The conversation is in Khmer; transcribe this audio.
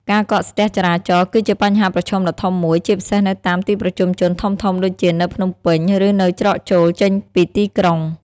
ការកកស្ទះចរាចរណ៍ គឺជាបញ្ហាប្រឈមដ៏ធំមួយ ជាពិសេសនៅតាមទីប្រជុំជនធំៗដូចជានៅ ភ្នំពេញ ឬនៅច្រកចូល ចេញពីទីក្រុង។